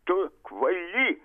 tu kvaily